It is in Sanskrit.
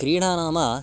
क्रीडा नाम